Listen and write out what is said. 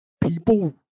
people